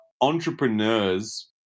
entrepreneurs